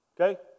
okay